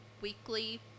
weekly